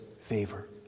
favor